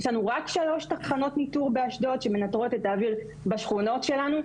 יש לנו רק שלוש תחנות ניטור באשדוד שמנטרות את האוויר בשכונות שלנו.